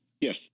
Yes